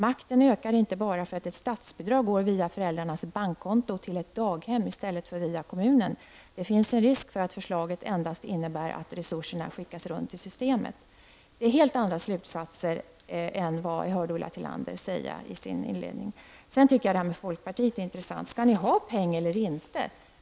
Makten ökar inte bara för att ett statsbidrag går via föräldrarnas bankkonto till ett daghem i stället för via kommunen. Det finns en risk för att förslaget endast innebär att resurserna skickas runt i systemet. -- Det är helt andra slutsatser än de Ulla Jag tycker att det här med folkpartiet är intressant: Skall ni ha peng eller inte?